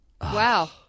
Wow